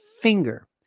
finger